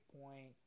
point